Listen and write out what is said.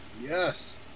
Yes